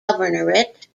governorate